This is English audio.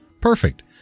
Perfect